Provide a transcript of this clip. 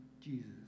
Jesus